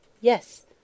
Yes